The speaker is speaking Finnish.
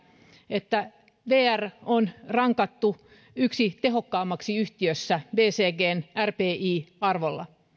että vr on rankattu yhdeksi tehokkaimmista yhtiöistä bcgn rpi arvolla